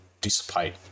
dissipate